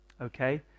Okay